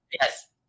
Yes